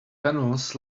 panels